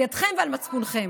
על ידכם ועל מצפונכם.